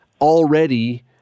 already